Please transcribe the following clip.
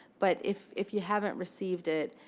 but if if you haven't received it,